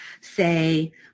say